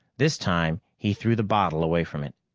this time he threw the bottle away from it.